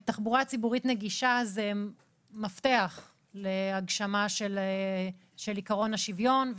תחבורה ציבורית נגישה זה מפתח להגשמה של עיקרון השוויון,